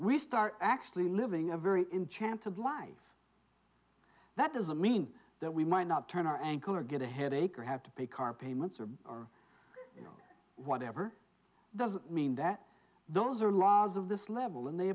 we start actually living a very enchanters life that doesn't mean that we might not turn our ankle or get a headache or have to pay car payments or or whatever doesn't mean that those are laws of this level and they